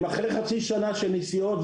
הם אחרי חצי שנה של נסיעות,